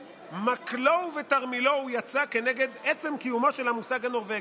במקלו ובתרמילו הוא יצא כנגד עצם קיומו של המושג "נורבגי".